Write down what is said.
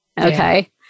okay